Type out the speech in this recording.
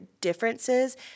differences